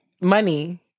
Money